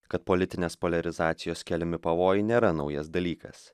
kad politinės poliarizacijos keliami pavojai nėra naujas dalykas